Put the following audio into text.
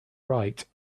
write